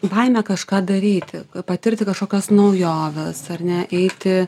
baimė kažką daryti patirti kažkokias naujoves ar ne eiti